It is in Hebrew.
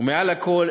ומעל לכול,